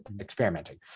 experimenting